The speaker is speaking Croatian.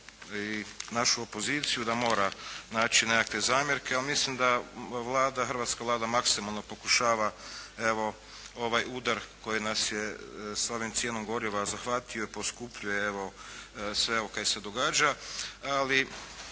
i našu opoziciju da mora naći nekakve zamjerke, ali mislim da Vlada, hrvatska Vlada maksimalno pokušava evo ovaj udar koji nas je s ovom cijenom goriva zahvatio. Poskupljuje evo sve ovo kaj se događa. Ali